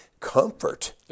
comfort